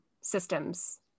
systems